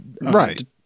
Right